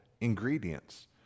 ingredients